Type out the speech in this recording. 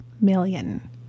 million